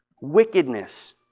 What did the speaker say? wickedness